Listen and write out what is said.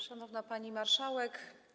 Szanowna Pani Marszałek!